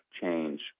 change